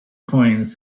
coins